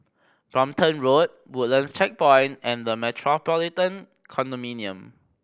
Brompton Road Woodlands Checkpoint and The Metropolitan Condominium